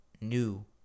new